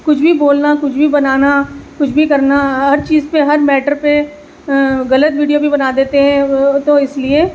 کچھ بھی بولنا کچھ بھی بنانا کچھ بھی کرنا ہر چیز پہ ہر میٹر پہ غلط ویڈیو بھی بنا دیتے ہیں وہ تو اس لیے